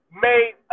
made